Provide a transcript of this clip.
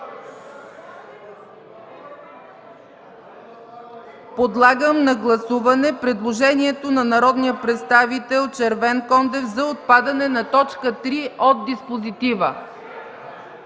Подлагам на гласуване предложението на народния представител Червенкондев за отпадане на т. 3 от диспозитива.